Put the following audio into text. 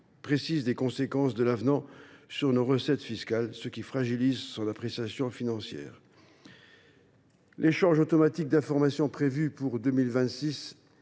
précise des conséquences de l’avenant sur nos recettes fiscales, ce qui fragilise l’appréciation financière de ce texte. L’échange automatique d’informations prévues pour 2026